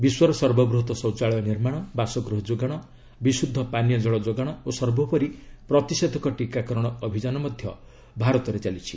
ବିଶ୍ୱର ସର୍ବବୃହତ ଶୌଚାଳୟ ନିର୍ମାଣ ବାସଗୃହ ଯୋଗାଣ ବିଶୁଦ୍ଧ ପାନୀୟ ଜଳ ଯୋଗାଣ ଓ ସର୍ବୋପରି ପ୍ରତିଷେଧକ ଟିକାକରଣ ଅଭିଯାନ ମଧ୍ୟ ଭାରତରେ ଚାଲିଛି